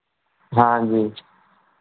हाँ जी